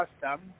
custom